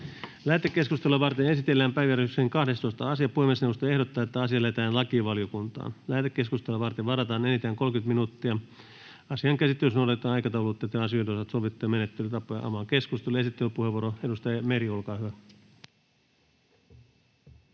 Lähetekeskustelua varten esitellään päiväjärjestyksen 12. asia. Puhemiesneuvosto ehdottaa, että asia lähetetään lakivaliokuntaan. Lähetekeskustelua varten varataan enintään 30 minuuttia. Asian käsittelyssä noudatetaan aikataulutettujen asioiden osalta sovittuja menettelytapoja. Avaan keskustelun. — Esittelypuheenvuoro, edustaja Meri, olkaa hyvä.